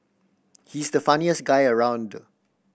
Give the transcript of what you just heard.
he's the funniest guy around